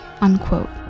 unquote